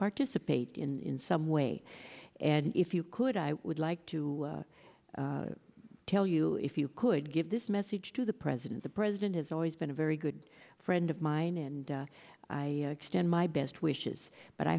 participate in some way and if you could i would like to tell you if you could give this message to the president the president has always been a very good friend of mine and i extend my best wishes but i